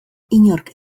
inork